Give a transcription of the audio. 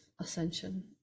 ascension